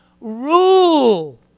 rule